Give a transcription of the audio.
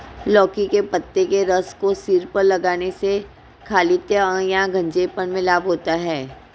लौकी के पत्ते के रस को सिर पर लगाने से खालित्य या गंजेपन में लाभ होता है